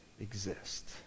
exist